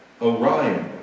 Orion